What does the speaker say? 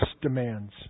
demands